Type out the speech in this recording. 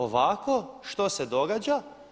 Ovako, što se događa?